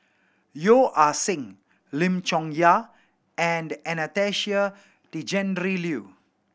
Yeo Ah Seng Lim Chong Yah and Anastasia Tjendri Liew